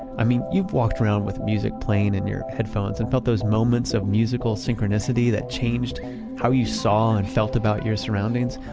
i mean you've walked around with music playing in your headphones and felt those moments of musical synchronicity that changed how you saw and felt about your surroundings.